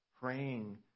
Praying